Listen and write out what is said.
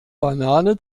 banane